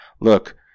Look